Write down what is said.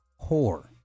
whore